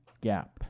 gap